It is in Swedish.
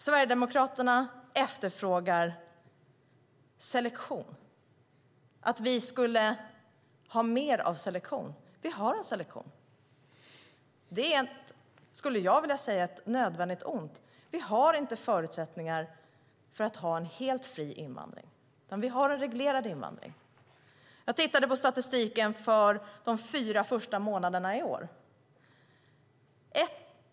Sverigedemokraterna efterfrågar selektion och vill att vi ska ha mer av det. Vi har selektion. Det är, skulle jag vilja säga, ett nödvändigt ont. Vi har inte förutsättningar för att ha en helt fri invandring, utan vi har en reglerad invandring. Jag tittade på statistiken för de fyra första månaderna i år.